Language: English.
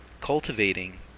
cultivating